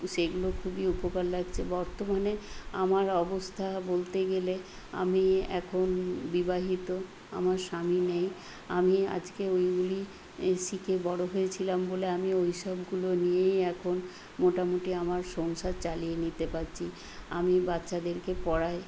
সেগুলো খুবই উপকার লাগছে বর্তমানে আমার অবস্থা বলতে গেলে আমি এখন বিবাহিত আমার স্বামী নেই আমি আজকে ওইগুলি শিখে বড় হয়েছিলাম বলে আমি ওই সবগুলো নিয়েই এখন মোটামুটি আমার সংসার চালিয়ে নিতে পারছি আমি বাচ্চাদেরকে পড়াই